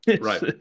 right